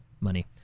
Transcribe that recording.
money